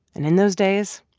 and in those days,